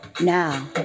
Now